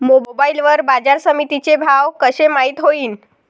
Mobile वर बाजारसमिती चे भाव कशे माईत होईन?